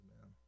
man